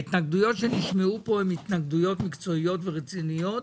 ההתנגדויות שנשמעו כאן הן התנגדויות מקצועיות ורציניות.